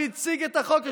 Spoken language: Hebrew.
שהציג את החוק,